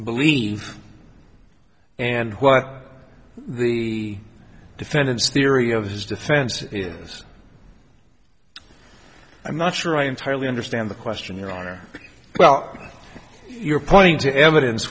believe and what the defendants theory of his defense is i'm not sure i entirely understand the question your honor your point to evidence